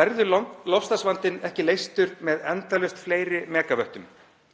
verður loftslagsvandinn ekki leystur með endalaust fleiri megavöttum.